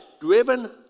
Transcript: driven